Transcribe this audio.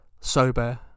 sober